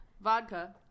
Vodka